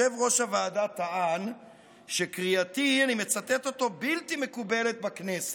טען שקריאתי, ואני מצטט אותו: בלתי מקובלת בכנסת.